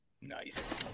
Nice